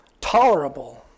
tolerable